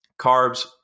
Carbs